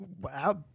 wow